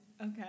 Okay